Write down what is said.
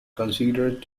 considered